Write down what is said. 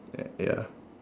uh ya